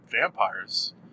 vampires